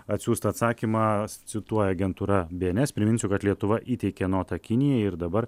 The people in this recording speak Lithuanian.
atsiųstą atsakymą cituoja agentūra bns priminsiu kad lietuva įteikė notą kinijai ir dabar